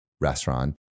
restaurant